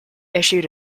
issued